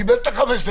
קיבל את ה-5,000.